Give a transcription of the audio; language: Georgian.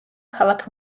ქალაქ